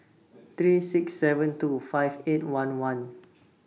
three six seven two five eight one one